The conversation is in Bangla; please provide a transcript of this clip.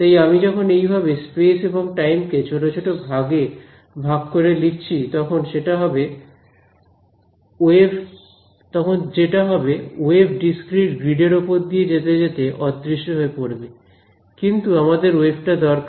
তাই আমি যখন এইভাবে স্পেস এবং টাইম কে ছোট ছোট ভাগে ভাগ করে লিখছি তখন যেটা হবে ওয়েভ ডিসক্রিট গ্রিড এর ওপর দিয়ে যেতে যেতে অদৃশ্য হয়ে পড়বে কিন্তু আমাদের ওয়েভ টা দরকার